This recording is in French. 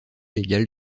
légal